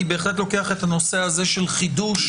אני בהחלט לוקח את הנושא הזה של חידוש,